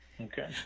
Okay